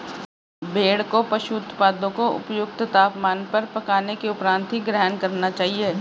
भेड़ को पशु उत्पादों को उपयुक्त तापमान पर पकाने के उपरांत ही ग्रहण करना चाहिए